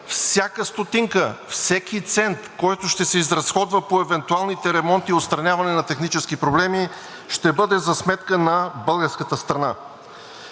всяка стотинка, всеки цент, който ще се изразходва по евентуалните ремонти и отстраняване на технически проблеми, ще бъде за сметка на българската страна!